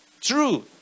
true